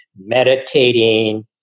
meditating